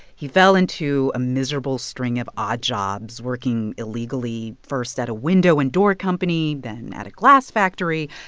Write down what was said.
he fell into a miserable string of odd jobs, working illegally, first, at a window and door company, then at a glass factory.